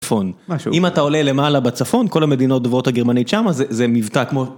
-פון. -משהו. אם אתה עולה למעלה בצפון, כל המדינות דוברות הגרמנית שמה, זה-זה מבטא כמו